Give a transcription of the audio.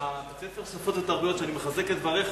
בית-ספר "שפות ותרבויות" אני מחזק את דבריך,